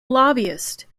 lobbyist